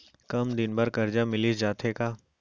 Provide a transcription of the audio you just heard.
कम दिन बर करजा मिलिस जाथे का?